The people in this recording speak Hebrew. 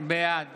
בעד